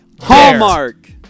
Hallmark